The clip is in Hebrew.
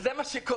זה מה שקורה.